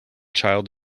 child